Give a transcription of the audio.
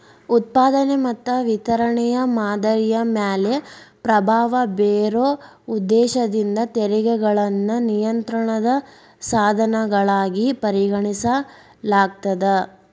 ಉತ್ಪಾದನೆ ಮತ್ತ ವಿತರಣೆಯ ಮಾದರಿಯ ಮ್ಯಾಲೆ ಪ್ರಭಾವ ಬೇರೊ ಉದ್ದೇಶದಿಂದ ತೆರಿಗೆಗಳನ್ನ ನಿಯಂತ್ರಣದ ಸಾಧನಗಳಾಗಿ ಪರಿಗಣಿಸಲಾಗ್ತದ